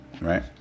right